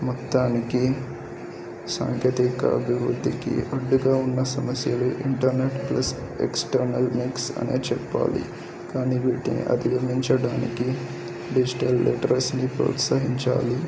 మొత్తానికి సాంకేతిక అభివృద్ధికి అడ్డుగా ఉన్న సమస్యలు ఇంటర్నట్ ప్లస్ ఎక్స్టర్నల్ మిక్స్ అనే చెప్పాలి కానీ వీటిని అధిగమించడానికి డిజిటల్ లీటరసీని ప్రోత్సహించాలి